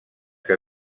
que